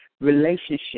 relationship